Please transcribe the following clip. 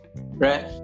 Right